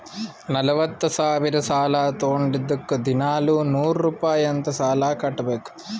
ನಲ್ವತ ಸಾವಿರ್ ಸಾಲಾ ತೊಂಡಿದ್ದುಕ್ ದಿನಾಲೂ ನೂರ್ ರುಪಾಯಿ ಅಂತ್ ಸಾಲಾ ಕಟ್ಬೇಕ್